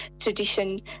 tradition